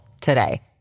today